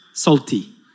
Salty